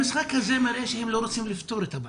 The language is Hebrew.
המשחק הזה מראה שהם לא רוצים לפתור את הבעיה.